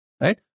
right